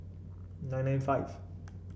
nine nine five